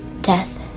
death